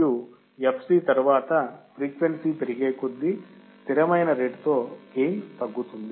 మరియు fc తరువాత frequency పెరిగేకొద్దీ స్థిరమైన రేటుతో గెయిన్ తగ్గుతుంది